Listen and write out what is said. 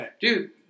dude